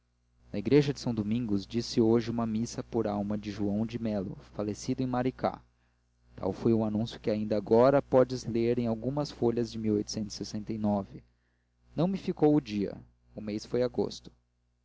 na igreja de são domingos diz-se hoje uma missa por alma de joão de melo falecido em maricá tal foi o anúncio que ainda agora podes ler em algumas folhas de não me ficou o dia o mês foi agosto